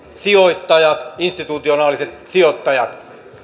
sijoittajat institutionaaliset sijoittajat